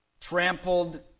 trampled